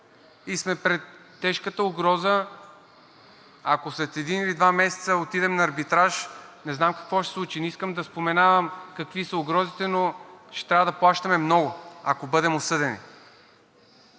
и сме пред тежката угроза, ако след един или два месеца отидем на арбитраж, не знам какво ще се случи. Не искам да споменавам какви са угрозите, но ще трябва да плащаме много, ако бъдем осъдени.